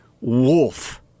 Wolf